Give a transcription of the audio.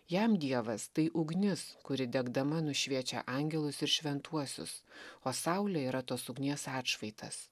jam dievas tai ugnis kuri degdama nušviečia angelus ir šventuosius o saulė yra tos ugnies atšvaitas